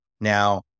Now